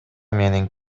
менин